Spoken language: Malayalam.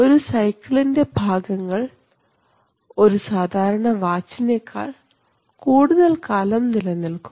ഒരു ഒരു സൈക്കിളിൻറെ ഭാഗങ്ങൾ ഒരു സാധാരണ വാച്ച്നേക്കാൾ കൂടുതൽ കാലം നിലനിൽക്കും